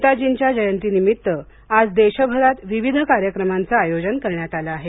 नेताजींच्या जयंतीनिमित्त आज देशभरात विविध कार्यक्रमांचे आयोजन करण्यात आले आहे